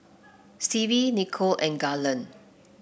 Stevie Nichol and Garland